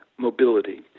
mobility